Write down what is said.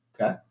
Okay